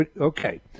Okay